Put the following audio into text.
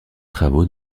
travaux